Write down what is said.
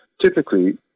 Typically